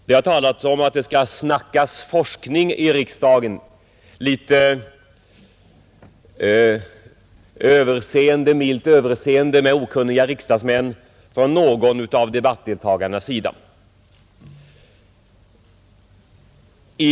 Någon av debattdeltagarna har litet milt överseende med okunniga riksdagsmän talat om att det skall ”snackas forskning” i riksdagen.